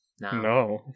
No